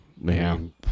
man